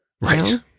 Right